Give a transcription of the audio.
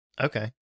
Okay